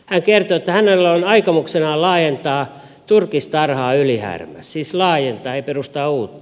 hän kertoi että hänellä on aikomuksenaan laajentaa turkistarhaa ylihärmään siis laajentaa ei perustaa uutta